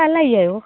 कल्ल आई जायो